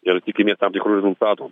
ir tikimės tam tikrų rezultatų